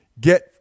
Get